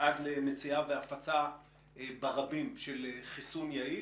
עד למציאה והפצה ברבים של חיסון יעיל.